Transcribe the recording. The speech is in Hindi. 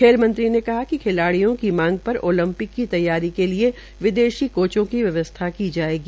खेल मंत्री ने कहा कि खिलाड़ियों की मांग पर ओलंपिक की तैयारी के लिए विदेशी कोचों की व्यवस्था की जायेगी